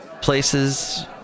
places